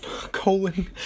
colon